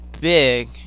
big